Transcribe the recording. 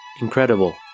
incredible